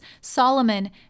Solomon